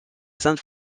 sainte